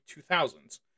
2000s